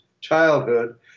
childhood